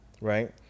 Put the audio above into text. right